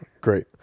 Great